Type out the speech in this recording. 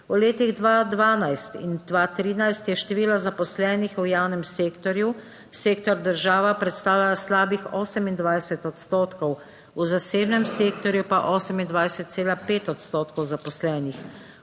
V letih 2012 in 2013 je število zaposlenih v javnem sektorju, sektor država predstavlja slabih 28 odstotkov, v zasebnem sektorju pa 28,5 odstotkov zaposlenih.